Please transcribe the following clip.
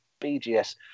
BGS